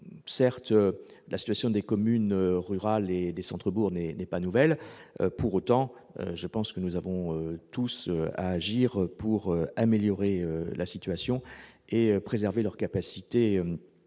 Certes, la situation des communes rurales et des bourgs-centres n'est pas nouvelle. Pour autant, je pense que nous devons tous agir pour l'améliorer et préserver la capacité